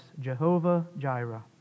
Jehovah-Jireh